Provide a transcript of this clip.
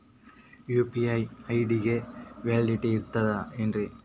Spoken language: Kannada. ಯು.ಪಿ.ಐ ಐ.ಡಿ ಗೆ ವ್ಯಾಲಿಡಿಟಿ ಇರತದ ಏನ್ರಿ?